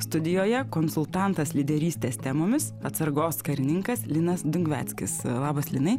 studijoje konsultantas lyderystės temomis atsargos karininkas linas dungveckis labas linai